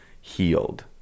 healed